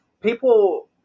people